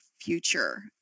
future